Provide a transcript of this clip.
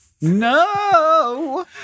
No